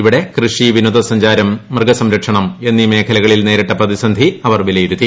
ഇവിടെ കൃഷി വിനോദസഞ്ചാരം മൃഗസംരക്ഷണം എന്നീ മേഖലകളിൽ നേരിട്ട പ്രതിസന്ധി അവർ വിലയിരുത്തി